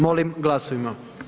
Molim glasujmo.